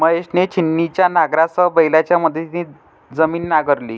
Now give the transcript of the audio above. महेशने छिन्नीच्या नांगरासह बैलांच्या मदतीने जमीन नांगरली